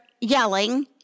yelling